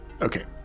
Okay